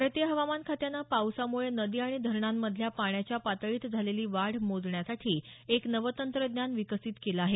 भारतीय हवामान खात्यानं पावसामुळे नदी आणि धरणांमधल्या पाण्याच्या पातळीत झालेली वाढ मोजण्यासाठी एक नवं तंत्रज्ञान विकसीत केलं आहे